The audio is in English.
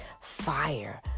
Fire